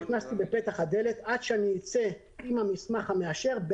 נכנס בפתח הדלת עד שאצא עם המסמך המאשר,